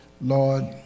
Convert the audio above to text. Lord